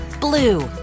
blue